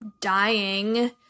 dying